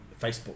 Facebook